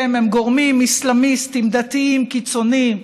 הם גורמים אסלאמיסטיים דתיים קיצוניים.